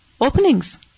openings